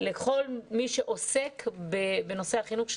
לכל מי שעוסק בנושא החינוך,